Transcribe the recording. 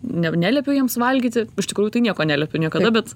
ne neliepiu jiems valgyti iš tikrųjų tai nieko neliepiu niekada bet